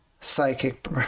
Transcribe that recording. psychic